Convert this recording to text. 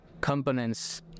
components